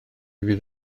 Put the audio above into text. fydd